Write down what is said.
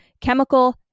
chemical